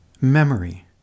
memory